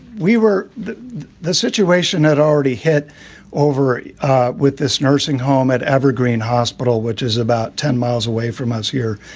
we were the the situation had already hit over ah with this nursing home at evergreen hospital, which is about ten miles away from us here.